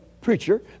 preacher